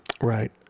right